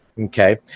Okay